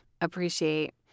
appreciate